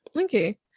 Okay